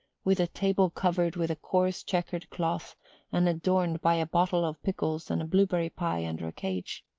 with a table covered with a coarse checkered cloth and adorned by a bottle of pickles and a blueberry pie under a cage.